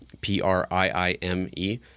p-r-i-i-m-e